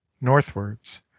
Northwards